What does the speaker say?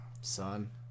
Son